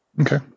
Okay